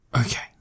okay